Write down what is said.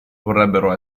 vorrebbero